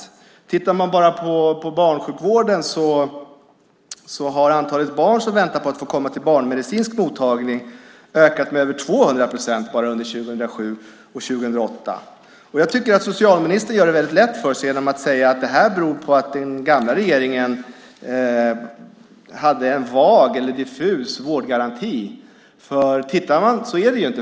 Om man tittar bara på barnsjukvården ser man att antalet barn som väntar på att komma till barnmedicinsk mottagning har ökat med över 200 procent bara under 2007 och 2008. Jag tycker att socialministern gör det väldigt lätt för sig genom att säga att detta beror på att den gamla regeringen hade en vag eller diffus vårdgaranti. Så är det inte.